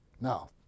Now